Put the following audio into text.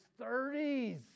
30s